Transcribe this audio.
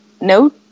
no